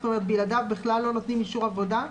זאת אומרת בלעדיו בכלל לא נותנים אישור עבודה?